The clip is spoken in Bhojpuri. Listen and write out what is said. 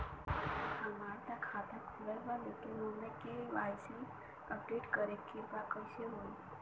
हमार खाता ता खुलल बा लेकिन ओमे के.वाइ.सी अपडेट करे के बा कइसे होई?